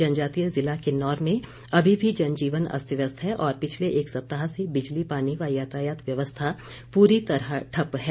जनजातीय जिला किन्नौर में अभी भी जनजीवन अस्त व्यस्त है और पिछले एक सप्ताह से बिजली पानी व यातायात व्यवस्था पूरी तरह ठप्प है